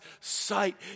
sight